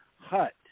hut